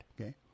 Okay